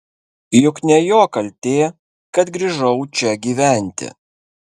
juk ne jo kaltė kad grįžau čia gyventi